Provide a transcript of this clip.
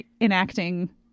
enacting